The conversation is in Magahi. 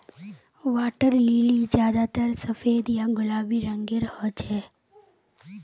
वाटर लिली ज्यादातर सफेद या गुलाबी रंगेर हछेक